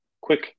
quick